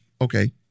okay